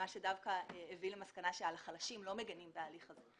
זה הביא למסקנה שעל חלשים לא מגינים בהליך הזה.